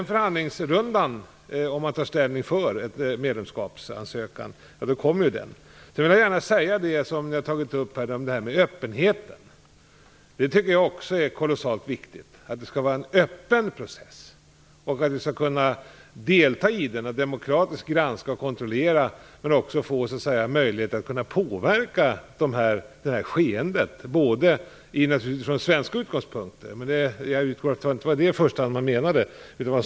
Om man tar ställning för en medlemskapsansökan kommer alltså den förhandlingsrundan. Öppenheten togs upp här. Jag tycker också att det är kolossalt viktigt att ha en öppen process och att vi skall kunna delta i den och demokratiskt granska och kontrollera. Dessutom skall vi ha möjlighet att påverka skeendet, också från svenska utgångspunkter. Jag utgår från att det inte var det som i första hand avsågs.